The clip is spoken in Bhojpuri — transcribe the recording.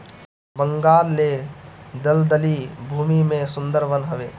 बंगाल ले दलदली भूमि में सुंदर वन हवे